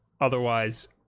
Otherwise